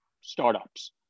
startups